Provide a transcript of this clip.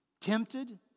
tempted